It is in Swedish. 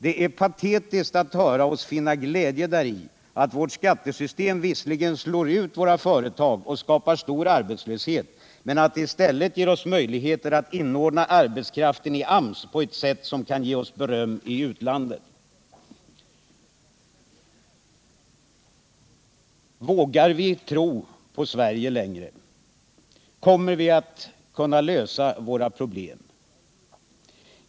Det är patetiskt att höra oss finna glädje däri att vårt skattesystem visserligen slår ut våra företag och skapar stor arbetslöshet, men att det i stället ger oss möjligheter att inordna arbetskraften i AMS på ett sätt som kan ge oss beröm i utlandet. Vågar vi tro på Sverige längre? Kommer vi att kunna lösa våra problem?